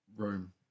Room